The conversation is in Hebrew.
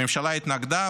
הממשלה התנגדה,